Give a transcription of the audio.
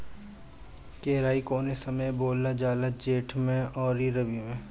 केराई कौने समय बोअल जाला जेठ मैं आ रबी में?